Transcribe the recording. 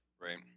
right